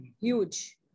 Huge